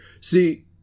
See